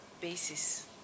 basis